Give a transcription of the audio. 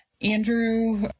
Andrew